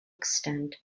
extent